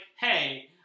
Hey